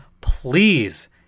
Please